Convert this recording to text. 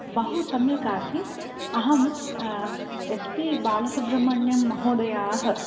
बहु सम्यक् आसीत् अहं एस् पि बालसुब्रह्मण्यं महोदयाः